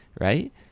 right